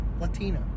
Latina